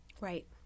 Right